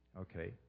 Okay